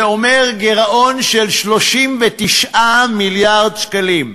זה אומר גירעון של 39 מיליארד שקלים.